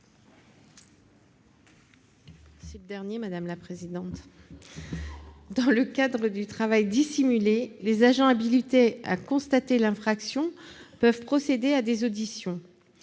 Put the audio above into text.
est à Mme Pascale Gruny. Dans le cadre du travail dissimulé, les agents habilités à constater l'infraction peuvent procéder à des auditions.